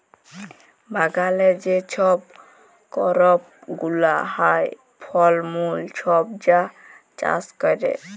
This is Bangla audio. বাগালে যে ছব করপ গুলা হ্যয়, ফল মূল ছব যা চাষ ক্যরে